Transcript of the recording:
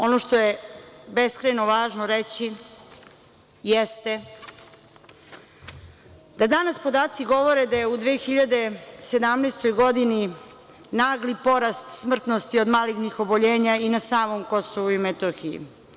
Ono što je beskrajno važno reći, jeste da danas podaci govore da je u 2017. godini, nagli porast smrtnosti od malignih oboljenja i na samom Kosovu i Metohiji.